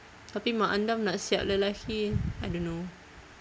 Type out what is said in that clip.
tapi mak andam nak siap lelaki I don't know